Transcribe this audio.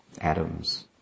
atoms